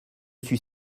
suis